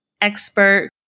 expert